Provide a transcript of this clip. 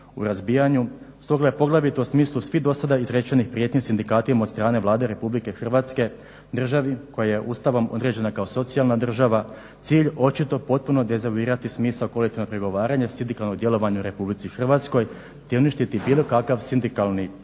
u razbijanju stoga je poglavito u smislu svih dosada izrečenih prijetnji sindikatima od strane Vlade RH, državi koja je Ustavom određena kao socijalna država, cilj očito potpuno dezavuirati smisao kolektivnog pregovaranja i sindikalnog djelovanja u RH te uništiti bilo kakav sindikalni